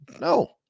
no